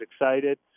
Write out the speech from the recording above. excited